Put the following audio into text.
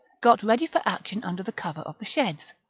got ready for action under the cover of the sheds.